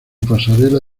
pasarela